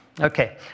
Okay